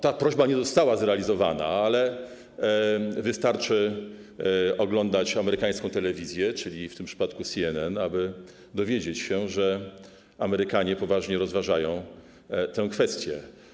Ta prośba nie została zrealizowana, ale wystarczy oglądać amerykańską telewizję, czyli w tym przypadku CNN, aby dowiedzieć się, że Amerykanie poważnie rozważają tę kwestię.